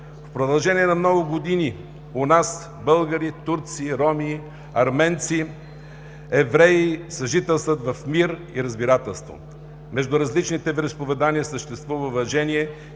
В продължение на много години у нас българи, турци, роми, арменци, евреи съжителстват в мир и разбирателство. Между различните вероизповедания съществува уважение